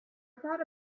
thought